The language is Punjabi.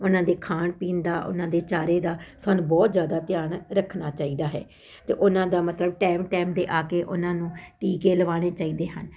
ਉਹਨਾਂ ਦੇ ਖਾਣ ਪੀਣ ਦਾ ਉਹਨਾਂ ਦੇ ਚਾਰੇ ਦਾ ਸਾਨੂੰ ਬਹੁਤ ਜ਼ਿਆਦਾ ਧਿਆਨ ਰੱਖਣਾ ਚਾਹੀਦਾ ਹੈ ਤੇ ਉਹਨਾਂ ਦਾ ਮਤਲਬ ਟਾਈਮ ਟਾਈਮ ਦੇ ਆ ਕੇ ਉਹਨਾਂ ਨੂੰ ਟੀਕੇ ਲਵਾਉਣੇ ਚਾਹੀਦੇ ਹਨ